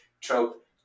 trope